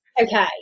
okay